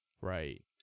right